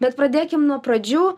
bet pradėkim nuo pradžių